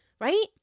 right